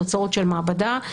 תוצאות של מעבדה.